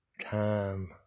Time